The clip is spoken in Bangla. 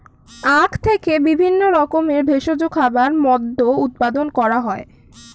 আখ থেকে বিভিন্ন রকমের ভেষজ খাবার, মদ্য উৎপাদন করা হয়